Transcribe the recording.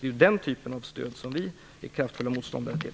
Det är den typen av stöd som vi i hög grad är motståndare till.